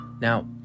Now